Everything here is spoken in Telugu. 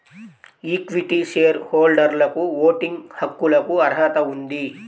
ఈక్విటీ షేర్ హోల్డర్లకుఓటింగ్ హక్కులకుఅర్హత ఉంది